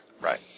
Right